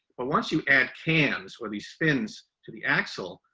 but once you add cams where these spins to the axle,